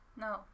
No